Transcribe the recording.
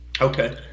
okay